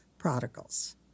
Prodigals